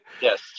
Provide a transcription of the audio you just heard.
yes